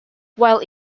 while